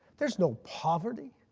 there's no poverty,